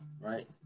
right